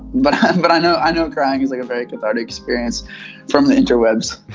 but and but i know i know crying is like a very cathartic experience from the interwebs